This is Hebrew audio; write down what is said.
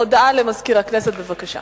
ובכן,